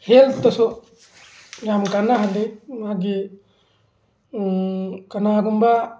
ꯍꯦꯜꯊꯇꯁꯨ ꯌꯥꯝꯅ ꯀꯥꯟꯅꯍꯜꯂꯤ ꯃꯥꯒꯤ ꯀꯅꯥꯒꯨꯝꯕ